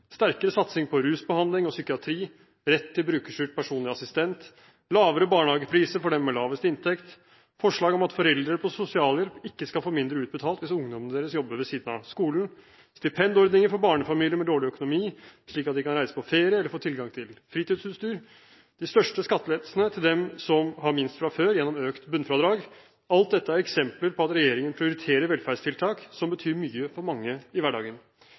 sterkere satsing på rusbehandling og psykiatri, rett til brukerstyrt personlig assistent, lavere barnehagepriser for dem med lavest inntekt, forslag om at foreldre på sosialhjelp ikke skal få mindre utbetalt hvis ungdommene deres jobber ved siden av skolen, stipendordninger for barnefamilier med dårlig økonomi, slik at de kan reise på ferie eller få tilgang til fritidsutstyr, de største skattelettelsene til dem som har minst fra før, gjennom økt bunnfradrag – alt dette er eksempler på at regjeringen prioriterer velferdstiltak som betyr mye for mange i hverdagen.